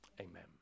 amen